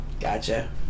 Gotcha